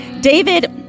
david